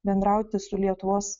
bendrauti su lietuvos